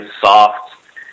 soft